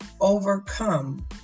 overcome